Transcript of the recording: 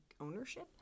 ownership